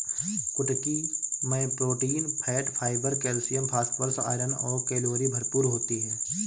कुटकी मैं protein, fat, fibre, calcium, phosphorus, iron और कैलोरी भरपूर होती है